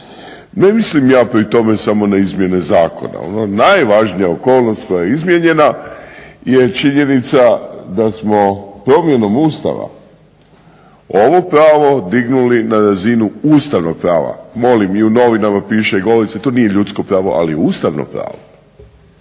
Ne mislim ja pri tome samo na izmjene zakona, ona najvažnija okolnost koja je izmijenjena je činjenica da smo promjenom Ustava ovo pravo dignuli na razinu Ustavnog prava. Molim i u novinama piše …/Govornik se ne razumije./… to nije ljudsko pravo, ali je Ustavno pravo.